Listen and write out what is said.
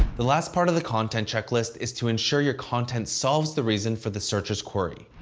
the last part of the content checklist is to ensure your content solves the reason for the searcher's query.